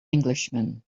englishman